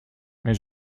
mais